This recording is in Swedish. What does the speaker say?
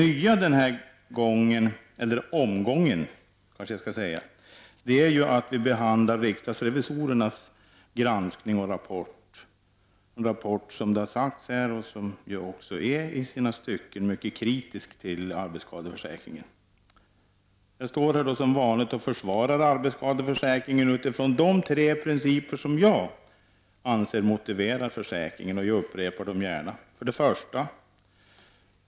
Det nya den här omgången är att vi behandlar riksdagsrevisorernas granskning och rapport. Det är en rapport som i sina stycken, vilket har sagts här, är mycket kritiskt till arbetsskadeförsäkringen. Jag står här som vanligt och försvarar arbetsskadeförsäkringen utifrån de tre principer som jag anser motiverar försäkringen, och jag upprepar dem gärna. 1.